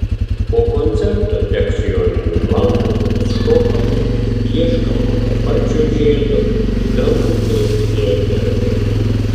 po koncerto degs joninių laužas bus šokama ieškoma paparčio žiedo į dangų kils fejerverkai